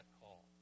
call